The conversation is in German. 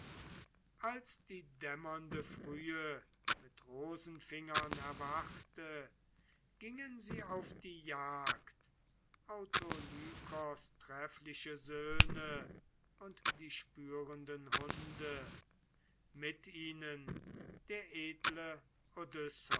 als die dämmernde frühe mit rosenfingern erwachte gingen sie auf die jagd autolykos treffliche söhne und die spürenden hunde mit ihnen der edle